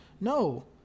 no